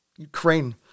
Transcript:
Ukraine